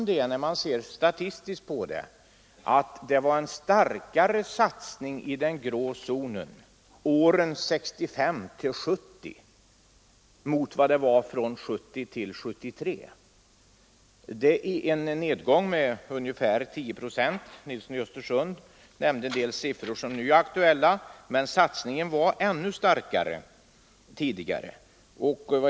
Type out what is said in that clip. Det är emellertid ett statistiskt faktum att det skett en starkare satsning i den grå zonen åren 1965—1970 än från 1970 till 1973. Det har då varit en nedgång med ca 10 procent. Herr Nilsson i Östersund nämnde de siffror som nu är aktuella, men satsningen var ännu starkare tidigare.